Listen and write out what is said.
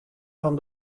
fan